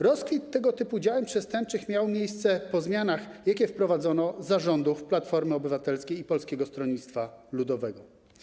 Rozkwit tego typu działań przestępczych miał miejsce po zmianach, jakie wprowadzono za rządów Platformy Obywatelskiej i Polskiego Stronnictwa Ludowego.